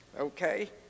Okay